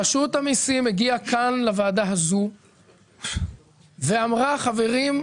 רשות המיסים הגיעה כאן לוועדה הזו ואמרה: חברים,